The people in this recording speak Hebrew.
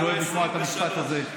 אני אוהב לשמוע את המשפט הזה.